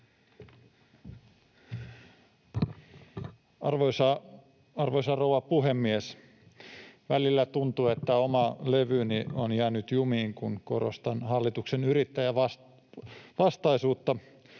Arvoisa rouva puhemies! Välillä tuntuu, että oma levyni on jäänyt jumiin, kun korostan hallituksen yrittäjävastaisuutta.